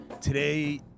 Today